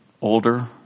Older